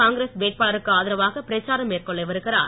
காங்கிரஸ் வேட்பாளருக்கு ஆதரவாக பிரச்சாரம் மேற்கொள்ளவிருக்கிறார்